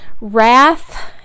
wrath